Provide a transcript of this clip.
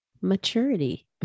maturity